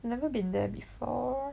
never been there before